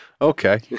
okay